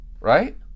Right